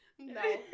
No